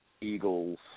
Eagles